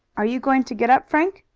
are you going to get up, frank?